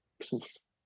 peace